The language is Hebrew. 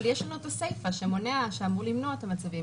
אבל יש לנו את הסיפא שאמור למנוע את המצבים האלה.